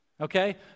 okay